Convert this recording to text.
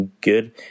good